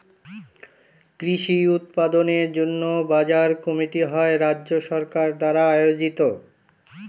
কৃষি উৎপাদনের জন্য বাজার কমিটি হয় রাজ্য সরকার দ্বারা আয়োজিত